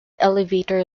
elevator